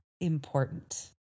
important